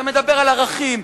אתה מדבר על ערכים,